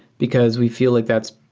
because we feel like that's